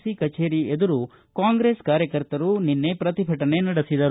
C ಕಚೇರಿ ಎದುರು ಕಾಂಗ್ರೆಸ್ ಕಾರ್ಯಕರ್ತರು ಪ್ರತಿಭಟನೆ ನಡೆಸಿದರು